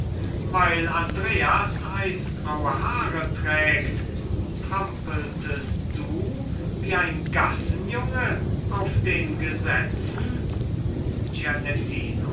weil andreas eisgraue haare trägt trampeltest du wie ein gassenjunge auf den gesetzen